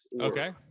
Okay